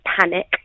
panic